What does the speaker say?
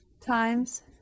times